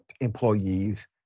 employees